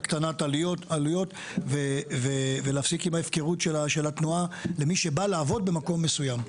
הקטנת עלויות ולהפסיק עם ההפקרות של התנועה למי שבא לעבוד במקום מסוים.